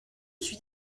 suis